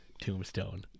tombstone